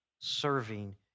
serving